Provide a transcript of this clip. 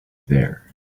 there